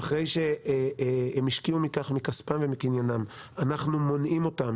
ואחרי שהם השקיעו בכך מכספם ומקניינם ואנחנו מונעים אותם